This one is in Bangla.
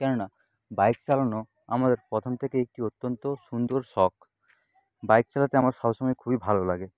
কেননা বাইক চালানো আমার প্রথম থেকেই একটি অত্যন্ত সুন্দর শখ বাইক চালাতে আমার সব সময় খুবই ভালো লাগে